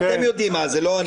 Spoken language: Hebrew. אתם יודעים מה זה, לא אני.